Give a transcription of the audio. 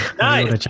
Nice